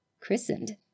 Christened